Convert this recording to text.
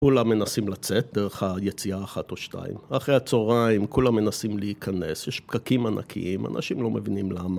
כולם מנסים לצאת דרך היציאה אחת או שתיים, אחרי הצהריים כולם מנסים להיכנס, יש פקקים ענקיים, אנשים לא מבינים למה